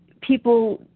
people